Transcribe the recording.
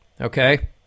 Okay